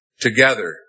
together